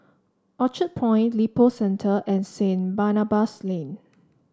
Orchard Point Lippo Centre and Saint Barnabas Lane